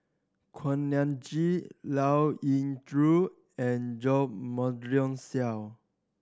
Kuak Nam Jin Liao Yingru and Jo Marion Seow